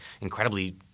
incredibly